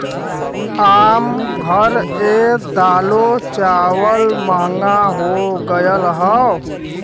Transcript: आम घर ए दालो चावल महंगा हो गएल हौ